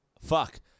fuck